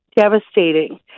devastating